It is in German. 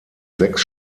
sechs